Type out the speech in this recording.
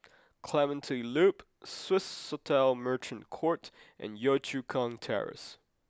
Clementi Loop Swissotel Merchant Court and Yio Chu Kang Terrace